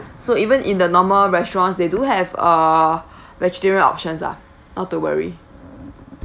so even in the normal restaurants they do have uh vegetarian options lah not to worry